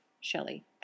Shelley